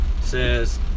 says